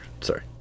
sorry